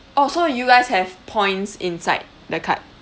oh so you guys have points inside the card